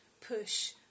push